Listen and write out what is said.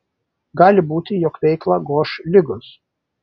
gali būti jog veiklą goš ligos